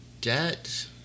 debt